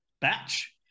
batch